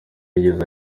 yigeze